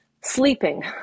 sleeping